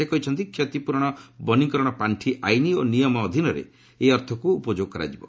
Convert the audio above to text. ସେ କହିଛନ୍ତି କ୍ଷତିପ୍ରରଣ ବନୀକରଣ ପାଣ୍ଡି ଆଇନ ଓ ନିୟମ ଅଧୀନରେ ଏହି ଅର୍ଥକ୍ ଉପଯୋଗ କରାଯିବ